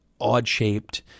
odd-shaped